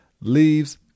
leaves